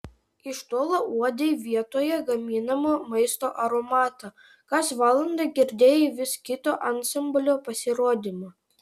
iš tolo uodei vietoje gaminamo maisto aromatą kas valandą girdėjai vis kito ansamblio pasirodymą